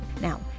Now